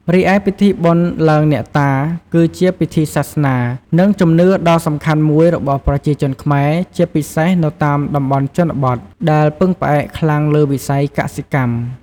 រីឯពិធីបុណ្យឡើងអ្នកតា គឺជាពិធីសាសនា និងជំនឿដ៏សំខាន់មួយរបស់ប្រជាជនខ្មែរ ជាពិសេសនៅតាមតំបន់ជនបទ ដែលពឹងផ្អែកខ្លាំងលើវិស័យកសិកម្ម។